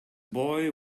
boy